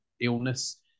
illness